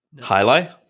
highlight